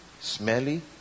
smelly